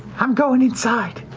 i'm going inside.